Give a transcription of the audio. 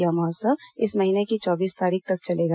यह महोत्सव इस महीने की चौबीस तारीख तक चलेगा